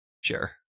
sure